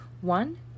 One